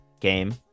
game